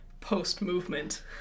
post-movement